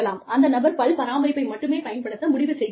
அந்த நபர் பல் பராமரிப்பை மட்டுமே பயன்படுத்த முடிவு செய்திருக்கலாம்